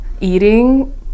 eating